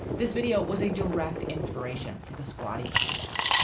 this video was a direct inspiration for the squatty potty out.